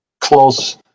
close